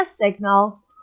signal